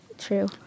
true